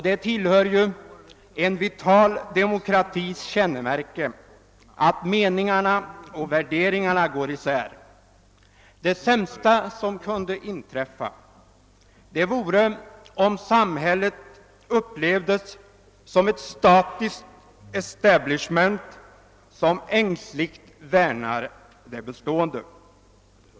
Det tillhör en vital demokratis kännemärke att meningarna och värderingarna går isär. Det sämsta som kunde inträffa vore att samhället upplevdes som ett statiskt »establishment« som ängsligt värnar om det bestående.